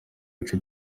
gice